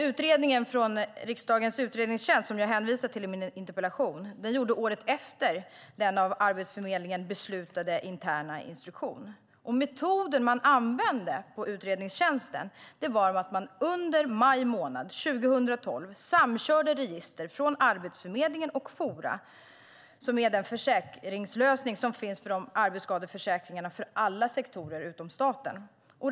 Utredningen från riksdagens utredningstjänst, som jag hänvisade till i min interpellation, gjordes året efter det att Arbetsförmedlingen beslutade om den interna instruktionen. Metoden man använde på utredningstjänsten var att man under maj månad 2012 samkörde register från Arbetsförmedlingen och Fora, det vill säga försäkringslösningen för arbetsskadeförsäkringar inom alla sektorer utom staten.